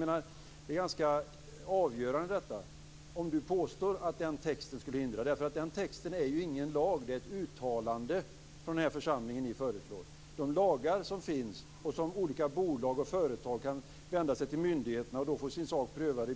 Detta är ganska avgörande om han påstår att denna text skull hindra detta. Den texten är ju ingen lag, den är ett uttalande från denna församling som ni föreslår. De lagar som finns kan olika bolag och företag hänvisa till när de vänder sig till myndigheter och då få sin sak prövad i